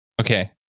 okay